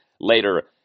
later